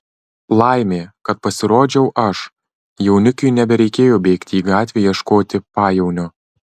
laimė kad pasirodžiau aš jaunikiui nebereikėjo bėgti į gatvę ieškoti pajaunio